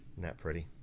and that pretty?